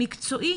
מקצועי,